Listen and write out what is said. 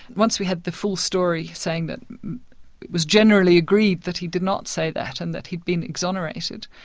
once we had the full story saying that it was generally agreed that he did not say that and that he'd been exonerated,